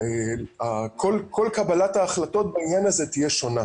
וכל קבלת ההחלטות בעניין הזה תהיה שונה.